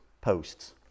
posts